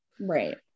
right